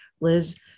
Liz